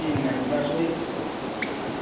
जी ma'am बस वही